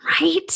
Right